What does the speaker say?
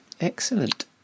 excellent